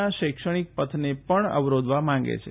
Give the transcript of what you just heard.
ના શૈક્ષણિક પથને પણ અવરોધવા માગે છે